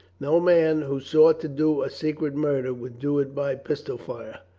no man who sought to do a secret mur der would do it by pistol fire.